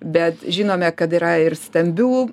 bet žinome kad yra ir stambių